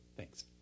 Thanks